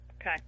Okay